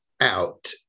out